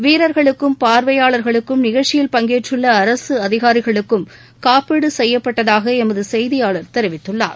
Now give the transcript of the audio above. வீரர்களுக்கும் பார்வையாளர்களுக்கும் நிகழ்ச்சியில் பங்கேற்றள்ள அரசு அதிகாரிகளுக்கும் காப்பீடு செய்யப்பட்டதாக எமது செய்தியாளர் தெரிவிக்கிறார்